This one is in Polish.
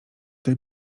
tej